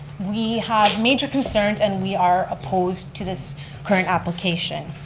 we have major concerns and we are opposed to this current application.